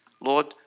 Lord